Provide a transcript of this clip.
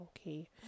Okay